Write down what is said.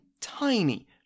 tiny